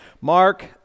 Mark